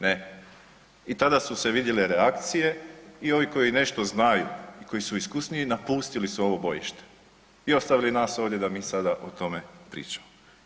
Ne i tada su se vidjele reakcije i oni koji nešto znaju i koji su iskusniji napustili su ovo bojište i ostavili nas ovdje da mi sada o tome pričamo.